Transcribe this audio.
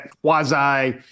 quasi